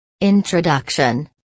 Introduction